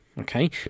Okay